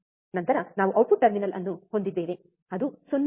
ನಂತರ ನಾವು output terminal ಅನ್ನು ಹೊಂದಿದ್ದೇವೆ ಅದು 0